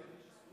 תודה רבה.